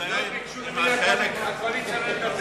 ביקשו מהקואליציה לא לדבר,